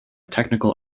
technical